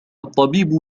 الطبيب